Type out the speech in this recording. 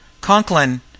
Conklin